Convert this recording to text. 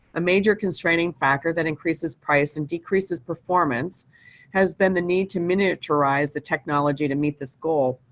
a major constraining factor that increases price and decreases performance has been the need to miniaturize the technology to meet this goal.